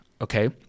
okay